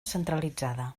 centralitzada